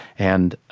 and